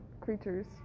creatures